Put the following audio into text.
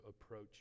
approach